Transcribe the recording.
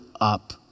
up